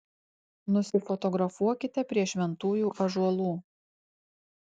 nusifotografuokite prie šventųjų ąžuolų